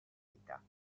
vita